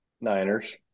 Niners